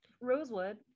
Rosewood